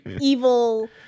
evil